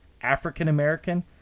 African-American